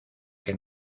que